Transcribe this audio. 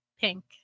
pink